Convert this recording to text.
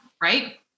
right